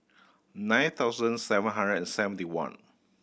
nine thousand seven hundred and seventy one